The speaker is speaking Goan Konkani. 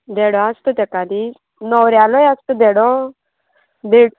देडो आसता ताका न्ही न्हवऱ्यालोय आसता देडो देड